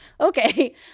okay